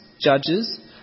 judges